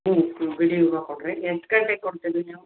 ಹ್ಞೂ ಬಿಡಿ ಹೂವು ಕೊಡಿರಿ ಎಷ್ಟು ಗಂಟೆಗೆ ಕೊಡ್ತೀರಿ ನೀವು